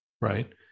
Right